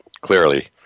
clearly